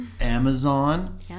Amazon